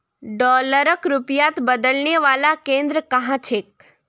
डॉलरक रुपयात बदलने वाला केंद्र कुहाँ छेक